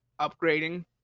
upgrading